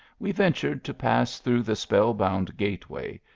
we ven tured to pass through the spell-bound gateway,